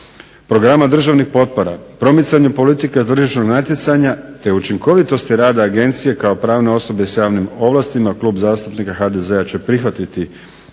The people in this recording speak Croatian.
programa državnih potpora, promicanja politike tržišnog natjecanja te učinkovitosti rada agencije kao pravne osobe sa javnim ovlastima Klub zastupnika HDZ-a će prihvatiti